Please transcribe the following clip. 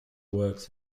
works